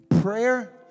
Prayer